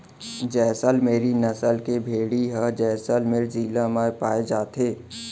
जैसल मेरी नसल के भेड़ी ह जैसलमेर जिला म पाए जाथे